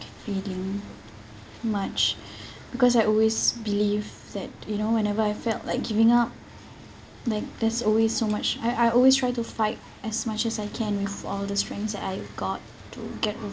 feeling much because I always believe that you know whenever I felt like giving up like there's always so much I I always try to fight as much as I can with all the strengths that I got to get